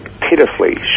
pitifully